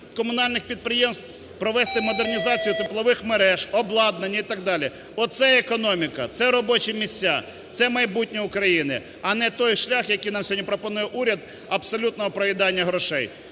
комунальних підприємств провести модернізацію теплових мереж, обладнання і так далі. Оце економіка, це робочі місця, це майбутнє України, а не той шлях, який нам сьогодні пропонує уряд абсолютного проїдання грошей.